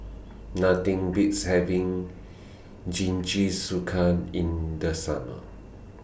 Nothing Beats having Jingisukan in The Summer